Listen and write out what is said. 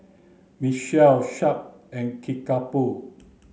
Michelin Sharp and Kickapoo